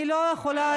אני לא יכולה,